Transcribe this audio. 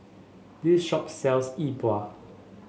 this shop sells Yi Bua